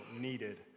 needed